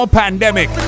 pandemic